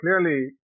clearly